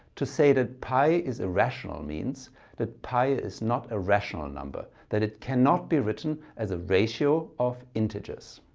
to say that pi is irrational means that pi is not a rational number that it cannot be written as a ratio of integers.